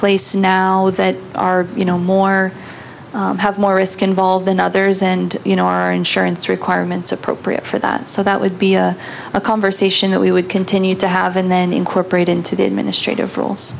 place now that are you know more have more risk involved than others and you know our insurance requirements appropriate for that so that would be a conversation that we would continue to have and then incorporate into the administrative r